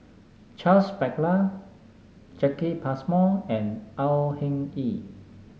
Charles Paglar Jacki Passmore and Au Hing Yee